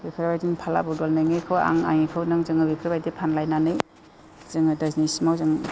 बेफोरबायदिनो फाला बदल नोंनिखौ आं आंनिखौ नों जोङो बेफोरबायदि फानलायनानै जोङो दिनैसिमाव जों